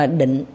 định